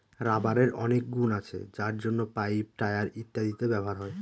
রাবারের অনেক গুন আছে যার জন্য পাইপ, টায়ার ইত্যাদিতে ব্যবহার হয়